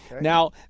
Now